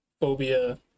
phobia